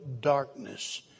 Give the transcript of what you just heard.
darkness